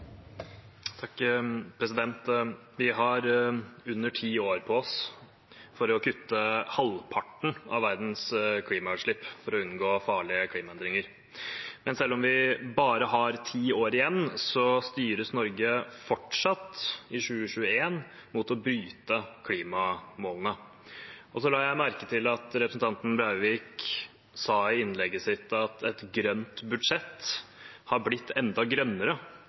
Vi har under ti år på oss til å kutte halvparten av verdens klimautslipp for å unngå farlige klimaendringer. Men selv om vi bare har ti år igjen, styres Norge fortsatt i 2021 mot å bryte klimamålene. Jeg la merke til at representanten Breivik sa i innlegget sitt at et grønt budsjett hadde blitt enda grønnere